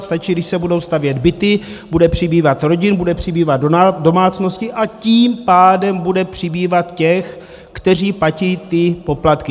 Stačí, když se budou stavět byty, bude přibývat rodin, bude přibývat domácností, a tím pádem bude přibývat těch, kteří platí ty poplatky.